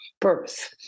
birth